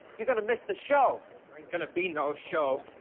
you're gonna miss the show. there ain't gonna be no show.